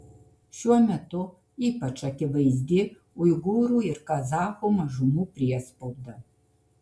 šiuo metu ypač akivaizdi uigūrų ir kazachų mažumų priespauda